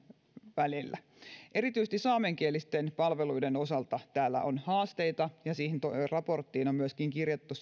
välillä erityisesti saamenkielisten palveluiden osalta täällä on haasteita ja siihen raporttiin on myöskin kirjattu